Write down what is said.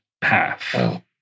path